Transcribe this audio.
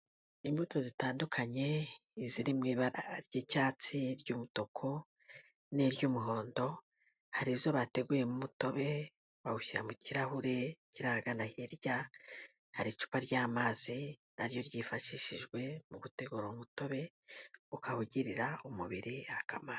Imbuto zitandukanye iziri mu ibara ry'icyatsi, iry'umutuku n'iry'umuhondo, hari izo bateguyemo umutobe bawushyira mu kirahure kiragana hirya, hari icupa ry'amazi na ryo ryifashishijwe mu gutegura umutobe ukaba ugirira umubiri akamaro.